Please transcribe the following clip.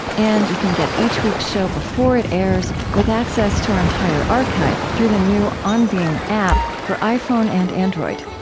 and you can get each week's show before it airs with access to our entire archive through the new on being app for iphone and android